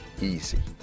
Easy